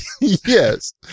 Yes